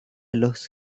los